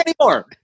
anymore